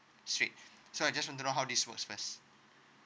straight so I just want to know how this works first